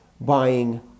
buying